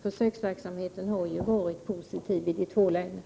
Försöksverksamheten i de två länen har ju varit positiv.